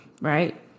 right